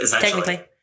Technically